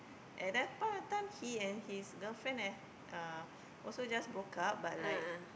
at that point of time he and his girlfriend eh uh also just broke up but like